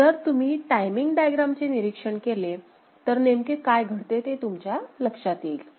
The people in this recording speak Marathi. जर तुम्ही टाइमिंग डायग्रामचे निरीक्षण केले तर नेमके काय घडते ते तुमच्या लक्षात येईल